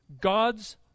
God's